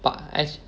but as